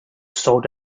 sold